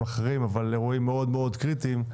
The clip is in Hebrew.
אחרים - אירועים מאוד מאוד קריטיים,